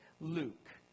Luke